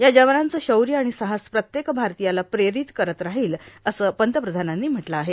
या जवानांचं शौर्य आणि साहस प्रत्येक भारतीयाला प्रेरित करत राहील असं पंतप्रधानांनी म्हटलं आहे